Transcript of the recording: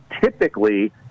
typically